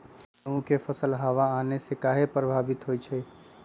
गेंहू के फसल हव आने से काहे पभवित होई छई?